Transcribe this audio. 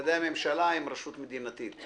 משרדי הממשלה הם רשות מדינתית.